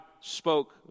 spoke